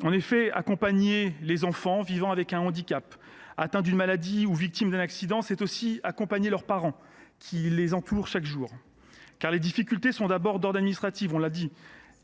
familiaux. Accompagner les enfants vivant avec un handicap, atteints d’une maladie ou victimes d’un accident, c’est aussi accompagner leurs parents, qui les entourent chaque jour. On l’a dit : leurs difficultés sont d’abord d’ordre administratif.